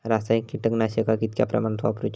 रासायनिक कीटकनाशका कितक्या प्रमाणात वापरूची?